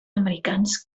americans